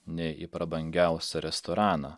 nei į prabangiausią restoraną